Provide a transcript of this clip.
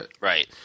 Right